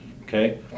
Okay